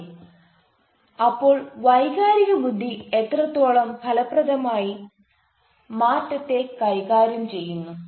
അതെ അപ്പോൾ വൈകാരിക ബുദ്ധി എത്രത്തോളം ഫലപ്രദമായി മാറ്റത്തെ കൈകാര്യം ചെയ്യുന്നു